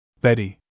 Betty